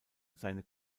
seine